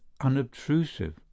unobtrusive